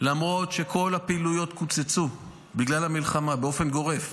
שלמרות שכל הפעילויות קוצצו בגלל המלחמה באופן גורף,